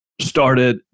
started